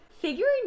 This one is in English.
figuring